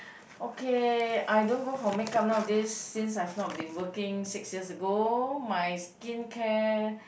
okay I don't go for make-up now a days since I've not been working six years ago my skincare